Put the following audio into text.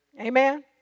Amen